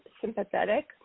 sympathetic